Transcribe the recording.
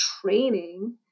training